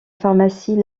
pharmacie